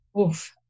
oof